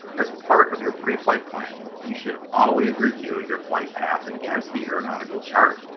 as part of your pre-flight planning, you should always review your flight path against the aeronautical chart,